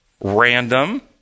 random